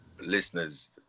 listeners